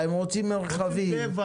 אם תוכל להצטרף אלינו בביקור הזה לשעה,